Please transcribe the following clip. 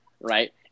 right